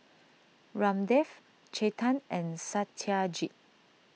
Ramdev Chetan and Satyajit